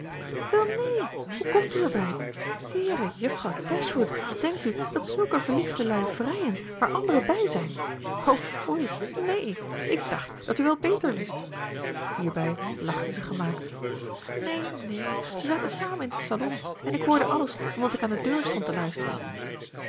waar welnee hoe komt u erbij heere juffrouw dashwood denkt u dat zulke verliefde lui vrijen waar anderen bij zijn o foei neen ik dacht dat u wel beter wist hierbij lachte ze gemaakt neen neen ze zaten samen in den salon en ik hoorde alles omdat ik aan de deur stond te luisteren